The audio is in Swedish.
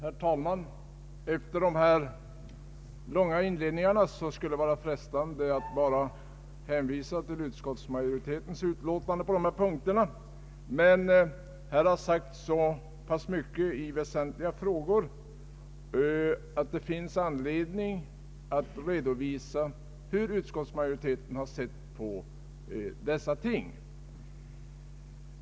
Herr talman! Efter dessa långa inledande anföranden vore det frestande att bara hänvisa till utskottsmajoritetens utlåtande på de skilda punkterna. Här har emellertid sagts så mycket i väsentliga frågor att det finns anledning att redovisa hur utskottsmajoriteten har sett på dessa ting.